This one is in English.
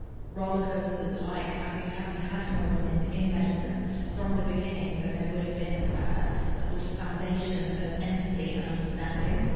roller coasters are like. i think had we had more women in medicine from the beginning than there would have been a sort of foundation of empathy and understanding.